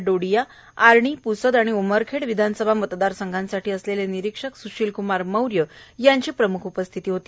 डोडीया आर्णि प्सद आणि उमरखेड विधानसभा मतदारसंघासाठी असलेले निरीक्षक स्शीलक्मार मौर्य आदी उपस्थित होते